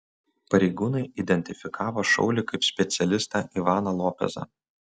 pareigūnai identifikavo šaulį kaip specialistą ivaną lopezą